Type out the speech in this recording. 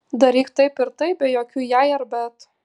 daryk taip ir taip be jokių jei ar bet